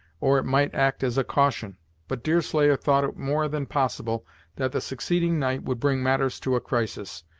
or it might act as a caution but deerslayer thought it more than possible that the succeeding night would bring matters to a crisis,